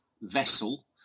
vessel